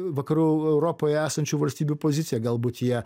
vakarų europoj esančių valstybių pozicija galbūt jie